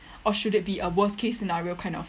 or should it be a worst case scenario kind of